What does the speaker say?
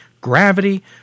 gravity